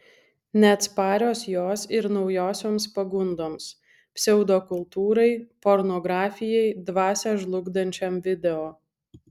neatsparios jos ir naujosioms pagundoms pseudokultūrai pornografijai dvasią žlugdančiam video